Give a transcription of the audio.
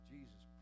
Jesus